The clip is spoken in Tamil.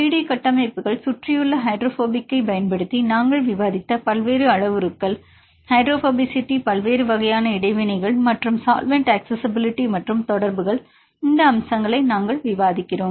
3D கட்டமைப்புகள் சுற்றியுள்ளஹைட்ரோபோபிக் பயன்படுத்தி நாங்கள் விவாதித்த பல்வேறு அளவுருக்கள் ஹைட்ரோபோபசிட்டி பல்வேறு வகையான இடைவினைகள் மற்றும் சால்வெண்ட் அக்சஸிஸிபிலிட்டி மற்றும் தொடர்புகள் இந்த அம்சங்களை நாங்கள் விவாதிக்கிறோம்